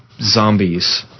zombies